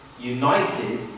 United